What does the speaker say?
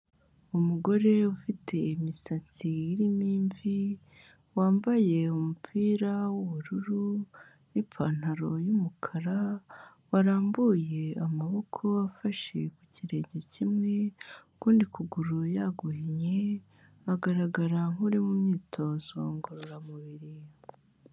Umugore ufite imisatsi irimo imvi, wambaye umupira w'ubururu n'ipantaro y'umukara, warambuye amaboko afashe ku kirenge kimwe, ukundi kuguru yaguhinnye agaragara nk'uri mu myitozo ngororamubiri.